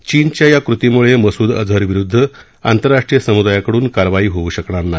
चीनच्या या कृतीमुळे मसूद अजहरविरुद्ध अंतरराष्ट्रीय समुदायाकडून कारवाई होऊ शकणार नाही